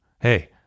Hey